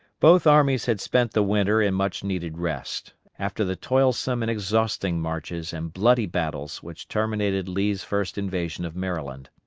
both armies had spent the winter in much needed rest, after the toilsome and exhausting marches and bloody battles which terminated lee's first invasion of maryland.